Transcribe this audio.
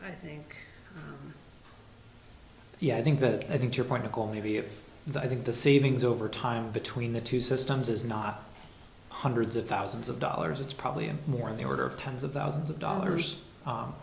i think yeah i think that i think your point of going to be if i think the savings over time between the two systems is not hundreds of thousands of dollars it's probably more in the order of tens of thousands of dollars